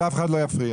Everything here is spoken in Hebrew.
שאף אחד לא יפריע.